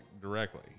directly